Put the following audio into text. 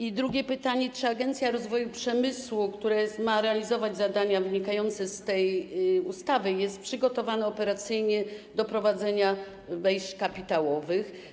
I drugie pytanie: Czy Agencja Rozwoju Przemysłu, która ma realizować zadania wynikające z tej ustawy, jest przygotowana operacyjnie do prowadzenia wejść kapitałowych?